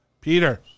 Peter